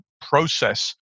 process